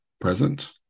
present